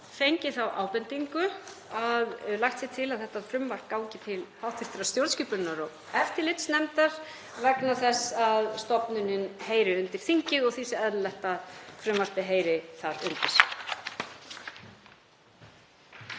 fengið þá ábendingu að lagt sé til að þetta frumvarp gangi til hv. stjórnskipunar- og eftirlitsnefndar vegna þess að stofnunin heyri undir þingið og því sé eðlilegt að frumvarpið heyri þar undir.